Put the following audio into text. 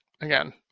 Again